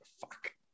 fuck